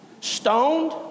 stoned